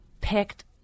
picked